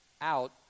out